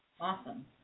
Awesome